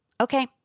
Okay